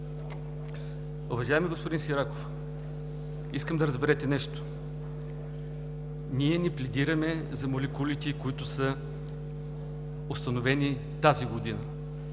Уважаеми господин Сираков, искам да разберете нещо! Ние не пледираме за молекулите, установени тази година.